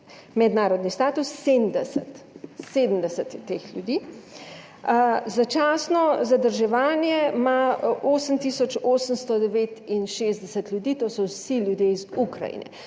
mednarodni status, 70, 70 je teh ljudi. Začasno zadrževanje ima 8 tisoč 869 ljudi, to so vsi ljudje iz Ukrajine.